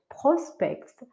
prospects